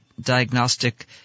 diagnostic